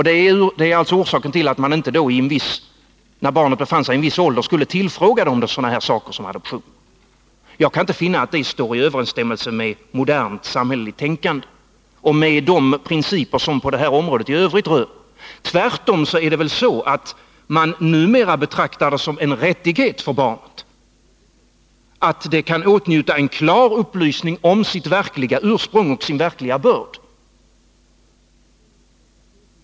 Det är alltså orsaken till att man, när barnet befann sig i en viss ålder, inte skulle tillfråga barnet om sådana saker som adoption. Jag kan inte finna att det står i överensstämmelse med modernt samhälleligt tänkande och med principerna på det här området i övrigt. Tvärtom är det väl så att man numera betraktar det som en rättighet för barnet att kunna åtnjuta en klar upplysning om sitt verkliga ursprung och sin verkliga börd.